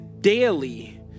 daily